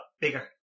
bigger